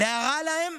להרע להם,